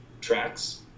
tracks